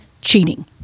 cheating